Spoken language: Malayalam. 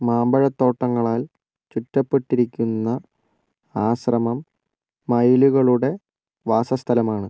മാമ്പഴത്തോട്ടങ്ങളാൽ ചുറ്റപ്പെട്ടിരിക്കുന്ന ആശ്രമം മയിലുകളുടെ വാസസ്ഥലമാണ്